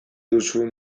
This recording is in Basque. duzu